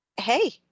Hey